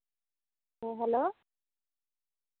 ᱦᱮᱸ ᱦᱮᱞᱳ